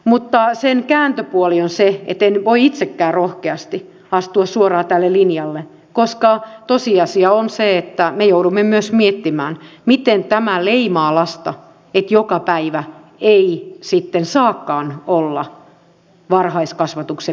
mutta sen kääntöpuoli on se että en voi itsekään rohkeasti astua suoraan tälle linjalle koska tosiasia on se että me joudumme myös miettimään miten tämä leimaa lasta että joka päivä ei sitten saakaan olla varhaiskasvatuksen piirissä